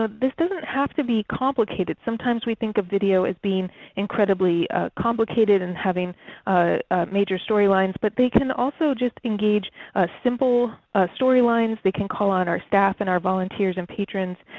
ah this doesn't have to be complicated. sometimes we think of video as being incredibly complicated, and having major story lines, but they can also engage a simple story lines, they can call on our staff, and our volunteers, and patrons.